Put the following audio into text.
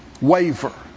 Waver